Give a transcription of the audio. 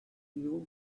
you